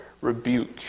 rebuke